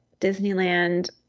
Disneyland –